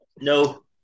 No